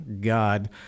God